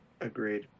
Agreed